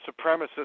supremacist